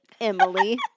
Emily